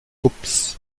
ups